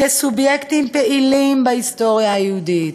כסובייקטים פעילים בהיסטוריה היהודית,